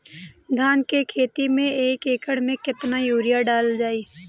धान के खेती में एक एकड़ में केतना यूरिया डालल जाई?